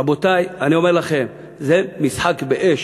רבותי, אני אומר לכם, זה משחק באש.